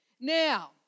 Now